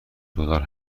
دلار